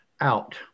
out